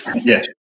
Yes